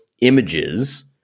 images